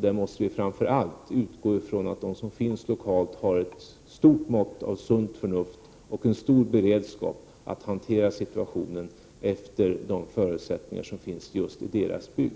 Där måste vi framför allt utgå från att de som finns lokalt har ett stort mått av sunt förnuft och en stor beredskap att hantera situationen efter de förutsättningar som finns just i deras bygd.